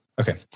Okay